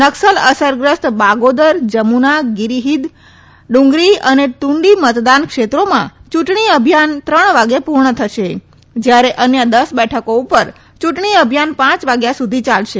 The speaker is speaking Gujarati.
નકસલ અસરગ્રસ્ત બાગોદર જમુના ગીરીહીદ ડુંગરી અને તુન્ડી મતદાન ક્ષેત્રોમાં યુંટણી અભિયાન ત્રણ વાગે પુર્ણ થશે જયારે અન્ય દસ બેઠકો ઉપર યુંટણી અભિયાન પાંચ વાગ્ય સુધી ચાલશે